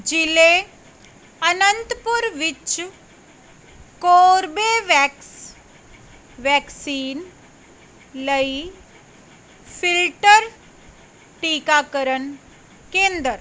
ਜ਼ਿਲ੍ਹੇ ਅਨੰਤਪੁਰ ਵਿੱਚ Corbevax vaccine ਲਈ ਫਿਲਟਰ ਟੀਕਾਕਰਨ ਕੇਂਦਰ